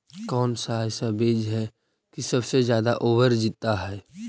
कौन सा ऐसा बीज है की सबसे ज्यादा ओवर जीता है?